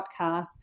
podcast